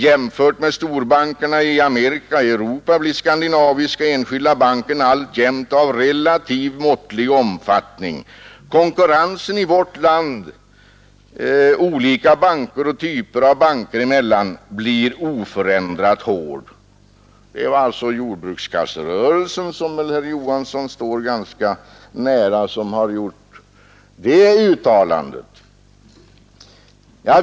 Jämfört med storbankerna i USA och Europa blir Skandinaviska enskilda banken alltjämt av relativt måttlig omfattning ———. Konkurrensen i vårt lands olika banker och typer av banker emellan blir oförändrat hård.” Detta uttalande har alltså gjorts av Jordbrukskasserörelsen, som väl herr Johansson står ganska nära.